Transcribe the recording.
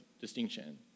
distinction